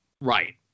Right